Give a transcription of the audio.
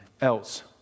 else